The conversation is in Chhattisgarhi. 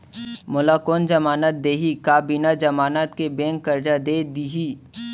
मोला कोन जमानत देहि का बिना जमानत के बैंक करजा दे दिही?